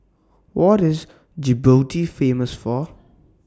What IS Djibouti Famous For